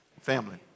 Family